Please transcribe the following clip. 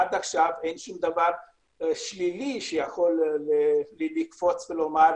עד עכשיו אין שום דבר שלילי שיכול לקפוץ ולומר: